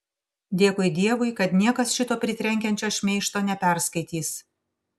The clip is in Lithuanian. dėkui dievui kad niekas šito pritrenkiančio šmeižto neperskaitys